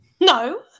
no